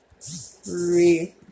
Three